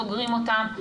סוגרים אותם,